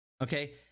Okay